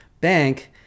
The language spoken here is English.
bank